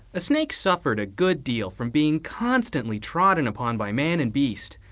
a snake suffered a good deal from being constantly trodden upon by man and beast,